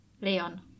Leon